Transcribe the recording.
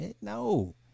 No